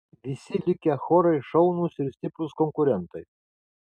visi likę chorai šaunūs ir stiprūs konkurentai